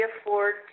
afford